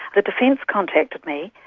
the defence contacted me,